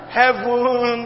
heaven